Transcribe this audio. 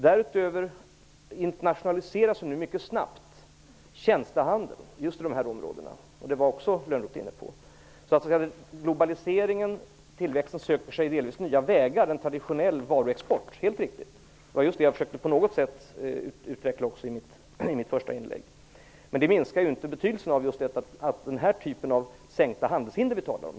Därutöver internationaliseras nu mycket snabbt tjänstehandeln just i de här områdena. Det var också Lönnroth inne på. Globaliseringen tillväxten söker sig delvis nya vägar än traditionell varuexport. Helt riktigt. Det var just det jag försökte på något sätt utveckla också i mitt första inlägg. Men det minskar inte betydelsen av den typ av sänkta handelshinder vi talar om.